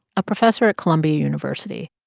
a professor at columbia university.